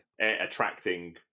Attracting